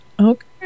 Okay